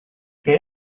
que